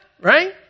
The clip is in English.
Right